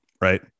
right